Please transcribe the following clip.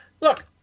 look